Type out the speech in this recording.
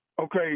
Okay